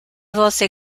volse